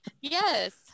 Yes